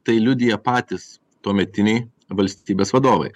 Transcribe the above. tai liudija patys tuometiniai valstybės vadovai